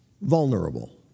vulnerable